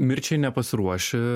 mirčiai nepasiruoši